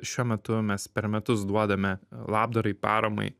šiuo metu mes per metus duodame labdarai paramai